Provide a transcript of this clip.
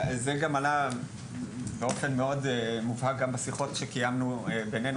זה גם עלה באופן מאוד מובהק גם בשיחות שקיימנו בינינו,